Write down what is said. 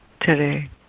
today